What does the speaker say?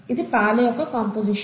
ఇది పాల యొక్క కాంపోసిషన్